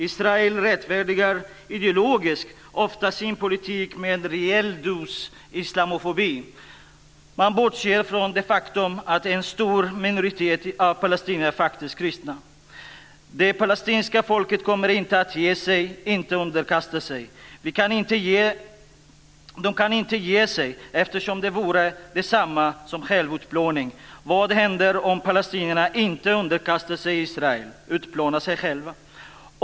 Israel rättfärdigar ideologiskt ofta sin politik med en rejäl dos islamofobi. Man bortser från det faktum att en stor minoritet av palestinierna faktiskt är kristna. Det palestinska folket kommer inte att ge sig, inte underkasta sig. De kan inte ge sig, eftersom det vore detsamma som självutplåning. Vad händer om palestinierna inte underkastar sig Israel, utplånar sig själva?